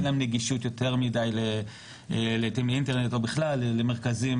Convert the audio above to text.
אין להם יותר מידי נגישות לאינטרנט או בכלל למרכזים